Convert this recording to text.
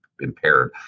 impaired